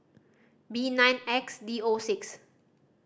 B nine X D O six